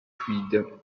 fluide